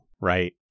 right